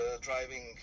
driving